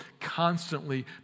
constantly